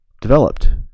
developed